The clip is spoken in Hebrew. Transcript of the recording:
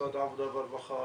משרד העבודה והרווחה,